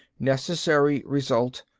necessary result.